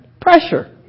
Pressure